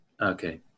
okay